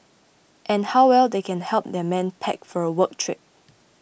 and how well they can help their men pack for a work trip